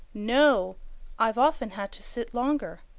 no i've often had to sit longer.